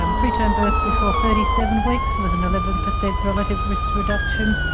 um preterm birth before thirty seven weeks was an eleven percent relative risk reduction,